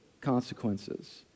consequences